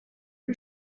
you